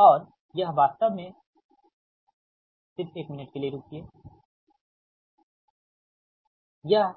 और यह वास्तव में सिर्फ एक मिनट के लिए रुकिए यह